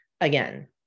Again